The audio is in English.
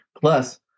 Plus